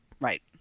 Right